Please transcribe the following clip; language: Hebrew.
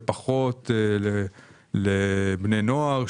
פחות לבני נוער,